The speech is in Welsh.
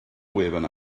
wefan